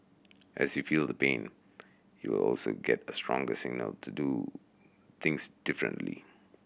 as you feel the pain you will also get a stronger signal to do things differently